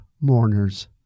mourners